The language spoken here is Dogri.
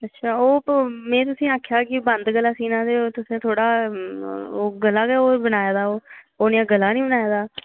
अच्छा ओह् मीं तुसेंगी आखेआ हा के बंद गला सीना ते तुसें थोह्ड़ा गला के होर बनाए दा ओह् उऐ जेहा गला नी बनाए दा